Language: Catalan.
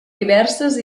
diverses